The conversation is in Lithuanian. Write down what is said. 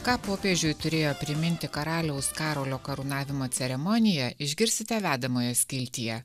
ką popiežiui turėjo priminti karaliaus karolio karūnavimo ceremoniją išgirsite vedamoje skiltyje